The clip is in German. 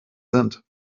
sind